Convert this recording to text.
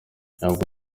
ntabwo